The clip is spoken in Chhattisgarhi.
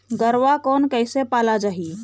गरवा कोन कइसे पाला जाही?